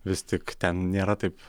vis tik ten nėra taip